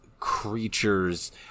creatures